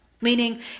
Meaning